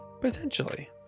Potentially